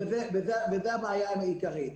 וזו הבעיה העיקרית.